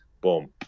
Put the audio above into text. boom